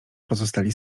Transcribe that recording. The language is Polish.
pozostali